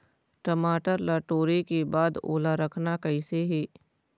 टमाटर ला टोरे के बाद ओला रखना कइसे हे?